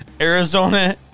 Arizona